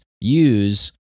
use